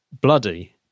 Bloody